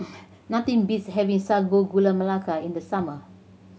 nothing beats having Sago Gula Melaka in the summer